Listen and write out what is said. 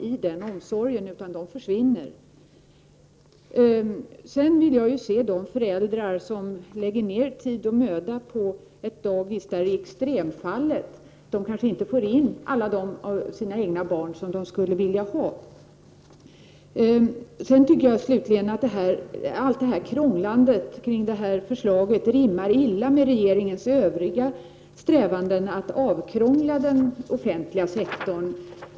Jag skulle vilja se föräldrar som lägger ned tid och möda på de dagis som utgör ett extremfall: De kan kanske inte få in alla sina egna barn som de skulle vilja ha där. Slutligen tycker jag att allt krångel kring detta förslag rimmar illa med regeringens övriga strävanden att ''avkrångla'' den offentliga sektorn.